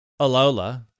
Alola